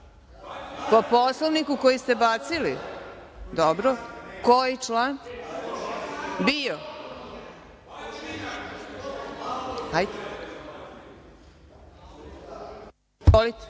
Poslovniku koji ste bacili? Dobro. Koji član? Bio. Ajte. Izvolite.